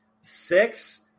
six